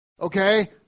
Okay